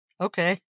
Okay